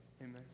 Amen